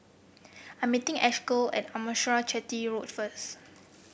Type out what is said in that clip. I'm meeting Ashleigh at Arnasalam Chetty Road first